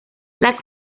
las